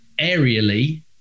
aerially